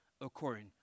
according